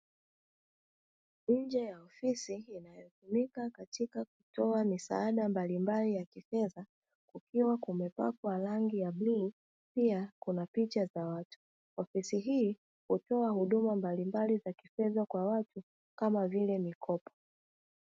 Nje ya ofisi inayotumika katika kutoa misaada mbalimbali ya kifedha, kukiwa kumepakwa rangi ya bluu, pia kuna picha za watu. Ofisi hii hutoa huduma mbalimbali za kifedha kwa watu, kama vile mikopo.